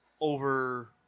over